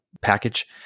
package